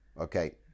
Okay